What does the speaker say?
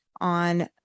on